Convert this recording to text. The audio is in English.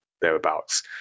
thereabouts